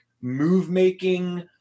move-making